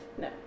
No